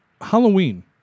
Halloween